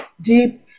deep